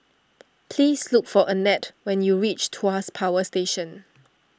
please look for Annette when you reach Tuas Power Station